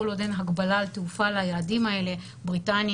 כל עוד אין הגבלה על התעופה ליעדים האלה - בריטניה,